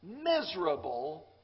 miserable